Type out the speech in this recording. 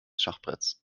schachbretts